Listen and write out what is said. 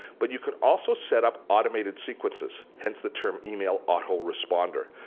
but you can also set up automated sequences hence the term email autoresponder.